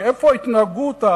מאיפה ההתנהגות?